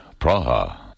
Praha